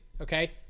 okay